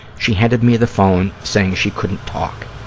she handed me the phone, saying she couldn't talk.